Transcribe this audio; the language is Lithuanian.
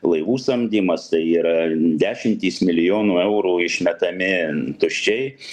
laivų samdymas tai yra dešimtys milijonų eurų išmetami tuščiai